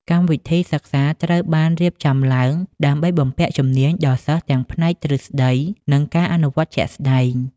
កម្មវិធីសិក្សាត្រូវបានរៀបចំឡើងដើម្បីបំពាក់ជំនាញដល់សិស្សទាំងផ្នែកទ្រឹស្តីនិងការអនុវត្តជាក់ស្តែង។